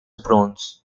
bronze